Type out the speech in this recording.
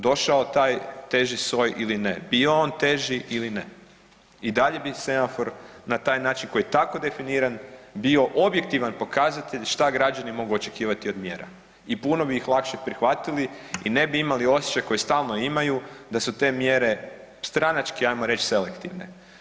Došao taj teži soj ili ne, bio on teži ili ne i dalje bi semafor na taj način koji je tako definiran bio objektivan pokazatelj šta građani mogu očekivati od mjera i puno bi ih lakše prihvatili i ne bi imali osjećaj koji stalno imaju da su te mjere stranački ajmo reći selektivne.